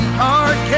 hard